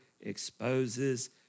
exposes